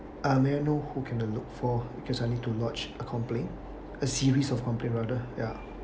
um may I know who can I look for because I need to lodge a complaint a series of complaint rather ya